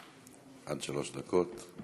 עד שלוש דקות.